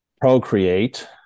procreate